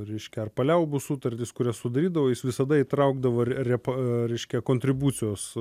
reiškia ar paliaubų sutartis kurias sudarydavo jis visada įtraukdavo ir repa reiškia kontribucijos